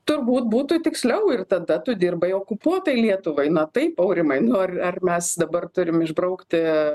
turbūt būtų tiksliau ir tada tu dirbai okupuotai lietuvai na taip aurimai nu ar ar mes dabar turim išbraukti